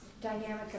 dynamic